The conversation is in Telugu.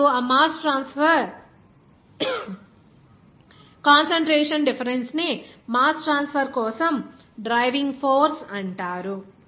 ఇప్పుడు ఈ మాస్ ట్రాన్స్ఫర్ కాన్సంట్రేషన్ డిఫరెన్స్ ని మాస్ ట్రాన్స్ఫర్ కోసం డ్రైవింగ్ ఫోర్స్ అంటారు